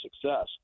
success